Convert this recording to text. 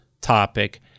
topic